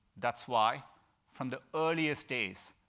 that's why from the earliest days,